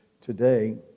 today